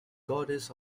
goddess